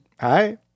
Hi